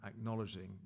acknowledging